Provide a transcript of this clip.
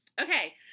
Okay